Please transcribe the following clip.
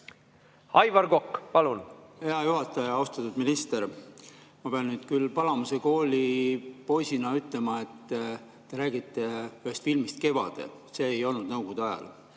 Aivar Kokk, palun!